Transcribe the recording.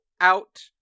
out